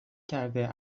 کرده